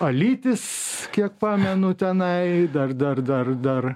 alytis kiek pamenu tenai dar dar dar dar